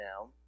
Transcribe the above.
now